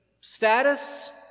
status